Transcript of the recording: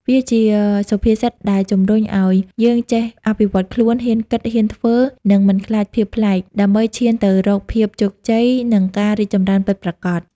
វាជាសុភាសិតដែលជំរុញឱ្យយើងចេះអភិវឌ្ឍខ្លួន ហ៊ានគិត ហ៊ានធ្វើ និងមិនខ្លាចភាពប្លែក ដើម្បីឈានទៅរកភាពជោគជ័យ និងការរីកចម្រើនពិតប្រាកដ។